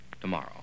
tomorrow